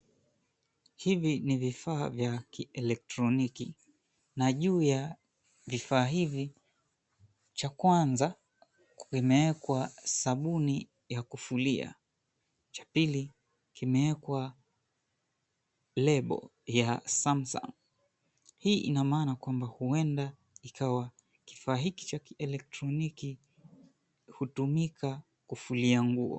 Hivi ni vifaa vya kielektroniki na juu ya vifaa hivi, cha kwanza kimeekwa sabuni ya kufulia. Cha pili kimeekwa lebo ya Samsung. Hii ina maana kuwa huenda kifaa hiki cha kielektroniki hutumika kufulia nguo.